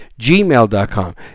gmail.com